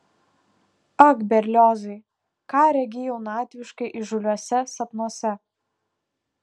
ak berliozai ką regi jaunatviškai įžūliuose sapnuose